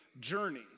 journey